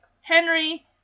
Henry